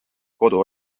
kodu